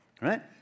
Right